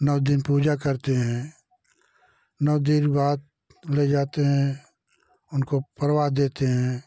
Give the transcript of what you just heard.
नौ दिन पूजा करते हैं नौ दिन बाद ले जाते हैं उनको प्रवाह देते हैं